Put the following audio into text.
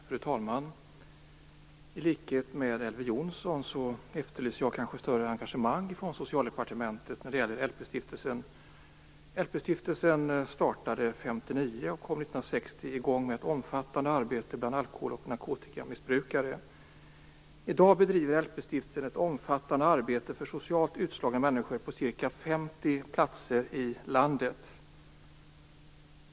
Fru talman! I likhet med Elver Jonsson efterlyser jag ett större engagemang från Socialdepartementet när det gäller LP-stiftelsen. LP-stiftelsen startade 1959 och kom 1960 i gång med ett omfattande arbete bland alkohol och narkotikamissbrukare. I dag bedriver stiftelsen ett omfattande arbete för socialt utslagna människor på ca 50 platser i landet.